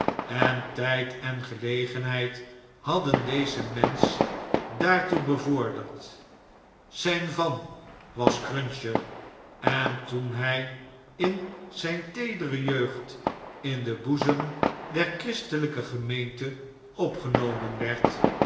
en tjjd en gelegenheid hadden dezen mensch daartoe bevorderd zp b van was cruncher en toen hj in zijn teedere jeugd in den boezem der christelgke gemeente opgenomen werd